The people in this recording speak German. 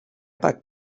backt